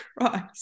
Christ